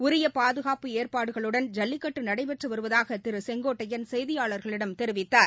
உரிய பாதுகாப்பு ஏற்பாடுகளுடன் ஜல்லிக்கட்டு நடைபெற்று வருவதாக திரு செங்கோட்டையள் செய்தியாளர்களிடம் தெரிவித்தார்